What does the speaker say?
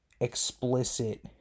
explicit